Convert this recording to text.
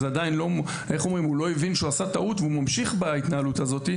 והוא עדיין לא הבין שהוא עשה טעות והוא ממשיך בהתנהלות הזאת,